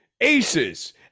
aces